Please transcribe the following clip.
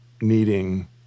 needing